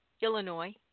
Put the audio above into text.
Illinois